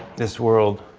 this world.